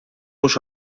mhux